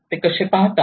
ते कसे पाहतात